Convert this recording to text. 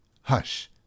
Hush